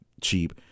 cheap